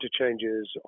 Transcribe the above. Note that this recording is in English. interchanges